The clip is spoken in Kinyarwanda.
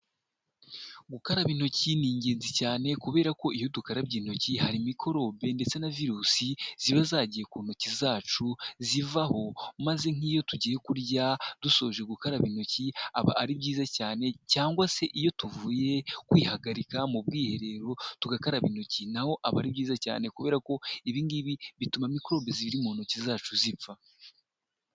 Gukaraba intoki ni ingenzi cyane kubera ko iyo dukarabye intoki hari mikorobe ndetse na virusi ziba zagiye ku ntoki zacu zivaho maze nk'iyo tugiye kurya dusoje gukaraba intoki aba ari byiza cyane cyangwa se iyo tuvuye kwihagarika mu bwiherero tugakaraba intoki naho aba ari byiza cyane kubera ko ibingibi bituma mikorobe ziri mu ntoki zacu zipfa.